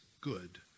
good